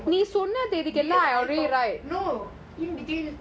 no in between